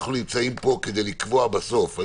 אנחנו נמצאים פה כדי לקבוע בסוף.